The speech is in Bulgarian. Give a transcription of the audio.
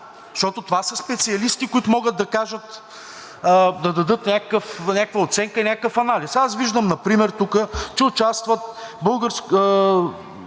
защото това са специалисти, които могат да кажат, да дадат някаква оценка или някакъв анализ. Аз виждам например тук, че участват Асоциацията